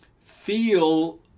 feel